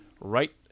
right